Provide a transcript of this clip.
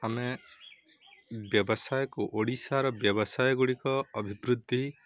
ଆମେ ବ୍ୟବସାୟକୁ ଓଡ଼ିଶାର ବ୍ୟବସାୟ ଗୁଡ଼ିକ ଅଭିବୃଦ୍ଧି